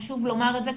חשוב לומר את זה,